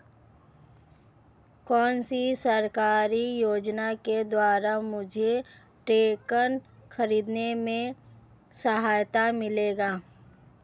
कौनसी सरकारी योजना के द्वारा मुझे ट्रैक्टर खरीदने में सहायता मिलेगी?